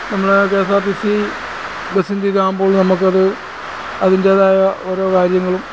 നമ്മൾ K S R T C ബസ്സിൻ്റെ ഇതാകുമ്പോൾ നമുക്കത് അതിൻ്റേതായ ഓരോ കാര്യങ്ങളും